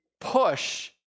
push